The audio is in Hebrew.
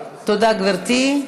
תודה, גברתי.